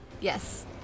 Yes